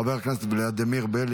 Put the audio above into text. חבר הכנסת יבגני סובה,